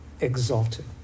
exalted